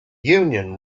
union